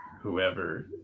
whoever